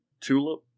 TULIP